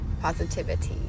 positivity